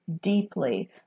deeply